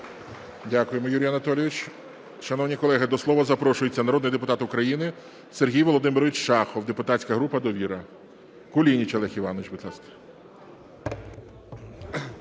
Дякуємо, Юрій Анатолійович. Шановні колеги, до слова запрошується народний депутат України Сергій Володимирович Шахов, депутатська група "Довіра". Кулініч Олег Іванович, будь ласка.